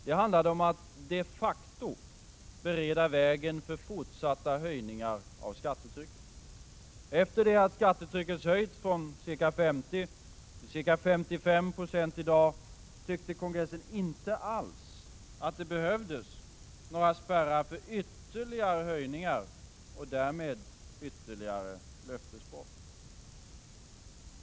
Det handlade om att de facto bereda vägen för fortsatta höjningar av skattetrycket. Trots att skattetrycket höjts från ca 50 till ca 55 96 i dag tyckte kongressen inte alls att det behövdes några spärrar för ytterligare höjningar och därmed ytterligare löftesbrott.